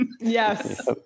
Yes